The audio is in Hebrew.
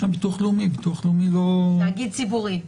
תאגיד ציבורי.